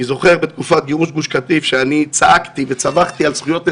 אני זוכר בתקופת גירוש גוש קטיף שאני צעקתי וצווחתי על זכויות אזרח,